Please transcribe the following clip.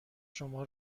شما